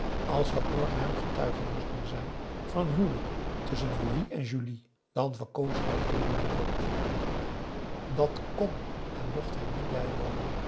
als dat morgen hem getuige moest doen zijn van een huwelijk tusschen louis en julie dan verkoos hij heden den dood dàt kon en mocht hij niet bijwonen